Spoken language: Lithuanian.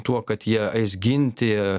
tuo kad jie eis ginti